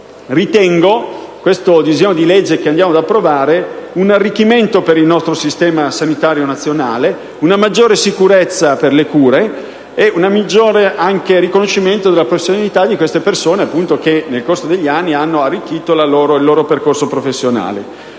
ritengo che il disegno di legge che ci apprestiamo a votare sia un arricchimento per il nostro Sistema sanitario nazionale, dia una maggiore sicurezza per le cure e assicuri un maggiore riconoscimento della professionalità di alcune figure che nel corso degli anni hanno arricchito il loro percorso professionale.